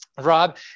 Rob